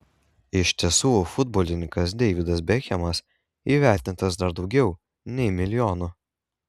iš tiesų futbolininkas deividas bekhemas įvertintas dar daugiau nei milijonu